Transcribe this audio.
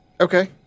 Okay